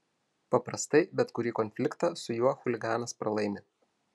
paprastai bet kurį konfliktą su juo chuliganas pralaimi